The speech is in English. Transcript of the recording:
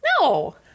No